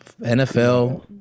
NFL